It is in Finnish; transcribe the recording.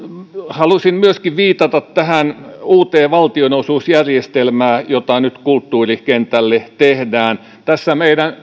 halusin myöskin viitata tähän uuteen valtionosuusjärjestelmään jota nyt kulttuurikentälle tehdään tässä meidän